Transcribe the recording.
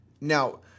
Now